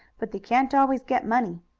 but they can't always get money.